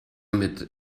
mit